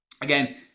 Again